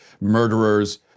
murderers